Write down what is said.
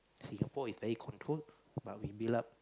Singapore is very controlled but we build up